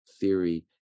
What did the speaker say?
theory